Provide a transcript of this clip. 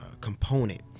component